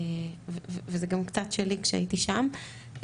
וזה גם קצת שלי כשהייתי שם,